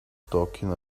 talking